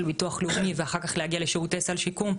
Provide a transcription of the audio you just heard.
ביטוח לאומי ואחר כך להגיע לשירותי סך שיקום.